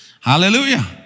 Hallelujah